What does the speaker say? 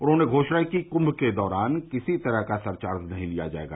उन्होंने घोषणा की कि कुंम के दौरान किसी तरह का सरचार्ज नहीं लिया जायेगा